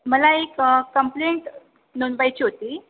मला एक कम्प्लेंट नोंदवायची होती